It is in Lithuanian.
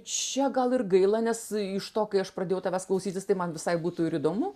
čia gal ir gaila nes iš to kai aš pradėjau tavęs klausytis tai man visai būtų ir įdomu